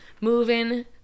moving